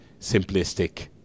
simplistic